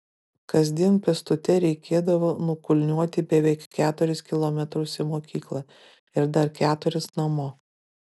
kasdien pėstute reikėdavo nukulniuoti beveik keturis kilometrus į mokyklą ir dar keturis namo